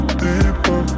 deeper